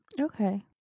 okay